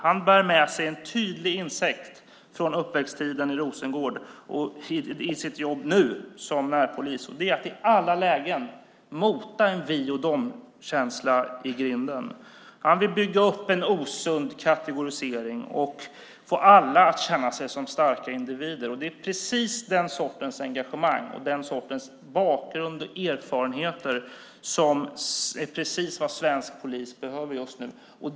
Han bär med sig en tydlig insikt från uppväxttiden i Rosengård i sitt jobb nu som närpolis, och det är att i alla lägen mota en vi-och-de-känsla i grinden. Han vill bygga bort en osund kategorisering och få alla att känna sig som starka individer. Det är den sortens engagemang och bakgrund och erfarenheter som svensk polis behöver just nu.